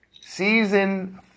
Season